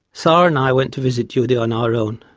sara and i went to visit judy on our own.